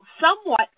somewhat